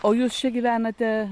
o jūs čia gyvenate